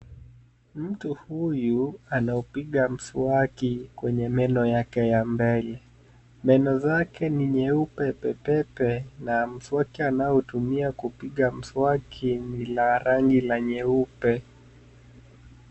Mtu huyu anaupiga mswaki kwenye meno yake ya mbele. Meno zake ni nyeupe pepepe na mswaki anaotumia kupiga mswaki ni la rangi la nyeupe.